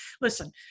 Listen